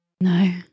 No